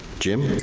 jim,